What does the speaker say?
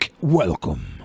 Welcome